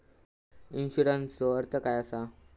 इन्शुरन्सचो अर्थ काय असा?